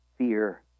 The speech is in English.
fear